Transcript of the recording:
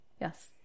Yes